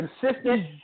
consistent